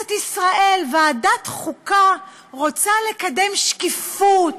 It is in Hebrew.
כנסת ישראל, ועדת חוקה רוצה לקדם שקיפות.